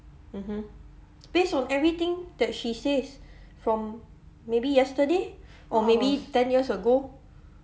mmhmm based on everything that she says from maybe yesterday or maybe ten years ago